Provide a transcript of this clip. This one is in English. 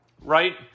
right